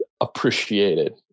appreciated